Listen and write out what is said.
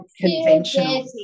conventional